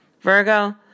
Virgo